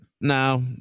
No